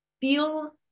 feel